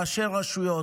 ראשי רשויות,